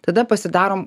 tada pasidarom